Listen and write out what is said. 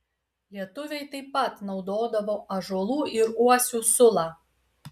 lietuviai taip pat naudodavo ąžuolų ir uosių sulą